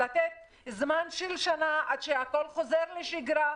לתת זמן של שנה עד שהכל חוזר לשגרה,